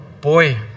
boy